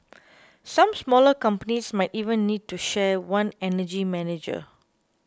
some smaller companies might even need to share one energy manager